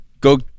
go